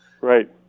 Right